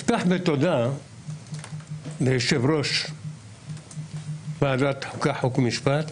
אפתח בתודה ליושב-ראש ועדת החוקה, חוק ומשפט,